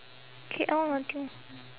K_L nothing